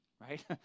right